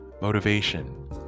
motivation